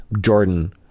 Jordan